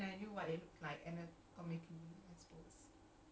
okay lah at least you were like considered legal